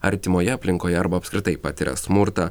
artimoje aplinkoje arba apskritai patiria smurtą